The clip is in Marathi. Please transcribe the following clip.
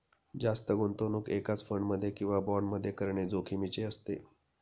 जास्त गुंतवणूक एकाच फंड मध्ये किंवा बॉण्ड मध्ये करणे जोखिमीचे असते